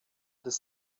des